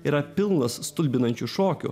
yra pilnas stulbinančių šokių